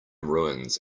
ruins